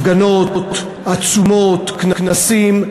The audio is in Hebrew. הפגנות, עצומות, כנסים,